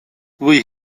või